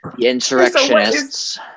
Insurrectionists